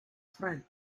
friends